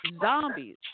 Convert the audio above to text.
zombies